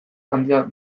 handia